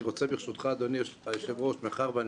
אני רוצה, ברשותך, אדוני היושב-ראש, מאחר שאני,